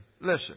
Listen